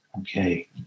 Okay